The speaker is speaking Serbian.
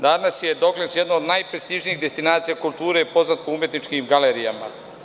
Danas je Doklends jedno od najprestižnijih destinacija kulture, poznat po umetničkim galerijama.